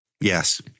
Yes